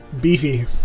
Beefy